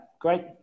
Great